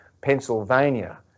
Pennsylvania